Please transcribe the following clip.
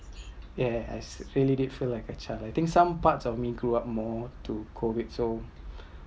ya ya ya I really did feel like a child I think some part of me growth up more to COVID so